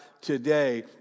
today